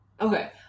Okay